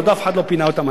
עוד אף אחד לא פינה אותם,